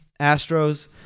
Astros